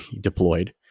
deployed